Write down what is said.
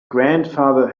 grandfather